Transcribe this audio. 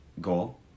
goal